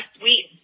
sweet